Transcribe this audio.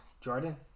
Jordan